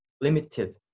limited